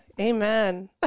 Amen